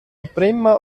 emprema